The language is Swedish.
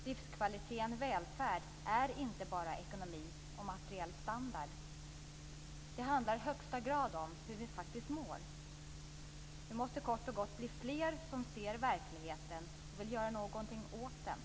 Livskvaliteten välfärd är inte bara ekonomi och materiell standard. Det handlar i högsta grad om hur vi faktiskt mår. Vi måste kort och gott bli fler som ser verkligheten och vill göra någonting åt den.